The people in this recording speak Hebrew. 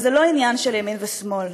וזה לא עניין של ימין ושמאל,